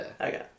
Okay